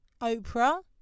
Oprah